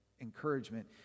encouragement